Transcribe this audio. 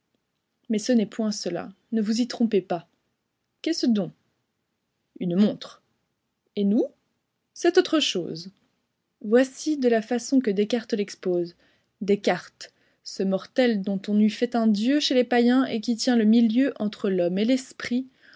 mais ce n'est point cela ne vous y trompez pas qu'est-ce donc une montre et nous c'est autre chose voici de la façon que descartes l'expose descartes ce mortel dont on eût fait un dieu chez les païens et qui tient le milieu entre l'homme et l'esprit